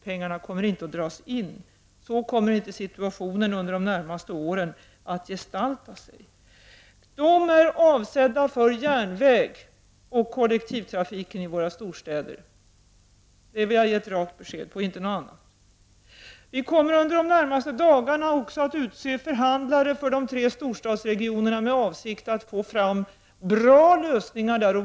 Pengarna kommer inte att dras in — så kommer inte situationen under de närmaste åren att gestalta sig. De är avsedda för järnvägen och kollektivtrafiken i våra storstäder — det vill jag ge ett rakt besked om — och inte någonting annat. Vi kommer under de närmaste dagarna också att utse förhandlare för de tre storstadsregionerna med avsikt att få fram bra lösningar där.